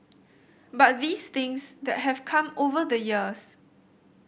but these things that have come over the years